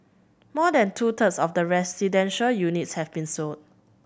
more than two thirds of the residential units have been sold